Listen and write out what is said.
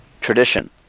tradition